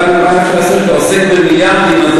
אבל כשאתה עוסק במיליארדים,